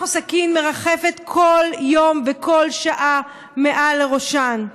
או סכין מרחפים כל יום וכל שעה מעל לראשן.